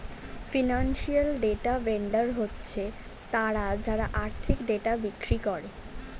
financial data vendor হচ্ছে তারা যারা আর্থিক ডেটা বিক্রি করে